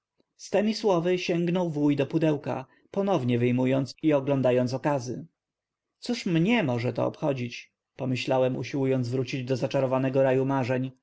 temi słowy sięgnął wuj do pudełka ponownie wyjmując i oglądając okazy cóż mnie to może obchodzić pomyślałem usiłując powrócić do zaczarowanego raju marzeń